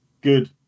Good